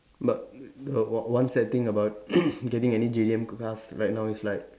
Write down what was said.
but the one one sad thing about getting any J_D_M c~ cars right now is like